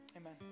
amen